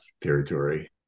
territory